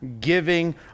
giving